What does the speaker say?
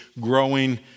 growing